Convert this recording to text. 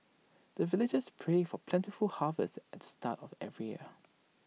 the villagers pray for plentiful harvest at the start of every year